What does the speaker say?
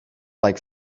like